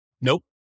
nope